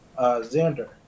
Xander